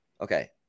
Okay